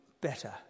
better